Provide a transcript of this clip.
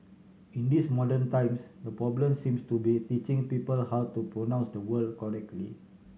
in these modern times the problem seems to be teaching people how to pronounce the word correctly